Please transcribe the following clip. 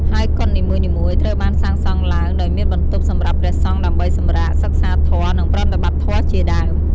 ហើយកុដិនីមួយៗត្រូវបានសាងសង់ឡើងដោយមានបន្ទប់សម្រាប់ព្រះសង្ឃដើម្បី សម្រាក សិក្សាធម៌ និង ប្រតិបត្តិធម៌ ជាដើម។